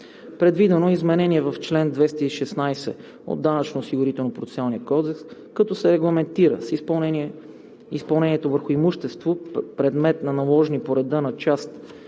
Предвидено е изменение в чл. 216 от Данъчно осигурителния процесуален кодекс, като се регламентира с изпълнението върху имущество, предмет на наложени по реда на част